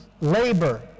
labor